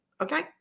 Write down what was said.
Okay